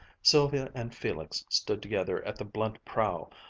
sylvia and felix stood together at the blunt prow,